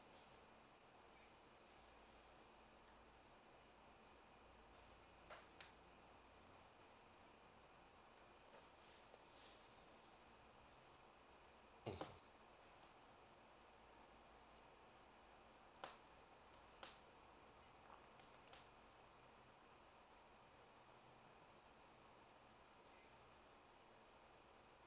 okay